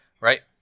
right